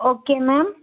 okay ma'am